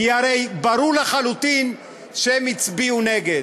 כי הרי ברור לחלוטין שהן הצביעו נגד.